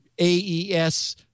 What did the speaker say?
aes